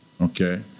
okay